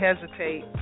hesitate